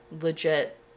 legit